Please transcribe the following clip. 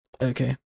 Okay